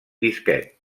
disquet